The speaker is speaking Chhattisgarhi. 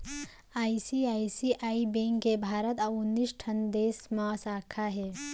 आई.सी.आई.सी.आई बेंक के भारत अउ उन्नीस ठन देस म साखा हे